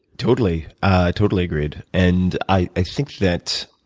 totally totally agreed and i think that